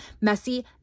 messy